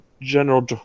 general